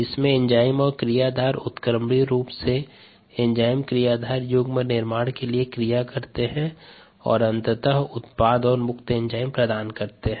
इसमें एंजाइम और क्रियाधार उत्क्रमणीय रूप से एंजाइम क्रियाधार युग्म निर्माण के लिए क्रिया करते है जो अंततः उत्पाद और मुक्त एंजाइम प्रदान करता है